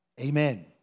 Amen